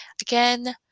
again